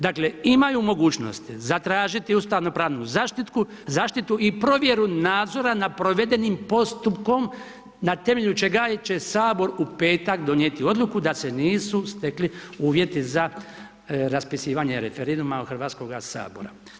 Dakle, imaju mogućnost zatražiti ustavno-pravnu zaštitu i provjeru nadzora nad provedenim postupkom na temelju čega će sabor u petak donijeti odluku da se nisu stekli uvjeti za raspisivanje referenduma Hrvatskoga sabora.